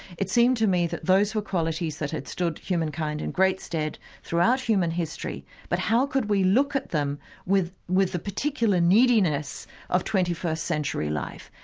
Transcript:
it seemed to me that those were qualities that had stood humankind in great stead throughout human history but how could be look at them with with the particular neediness of twenty first century life.